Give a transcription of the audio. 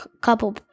couple –